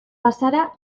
bazara